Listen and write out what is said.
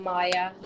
Maya